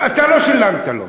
אתה לא שילמת לו.